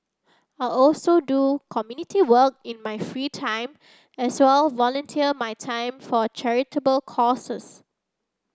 I also do community work in my free time as well volunteer my time for charitable causes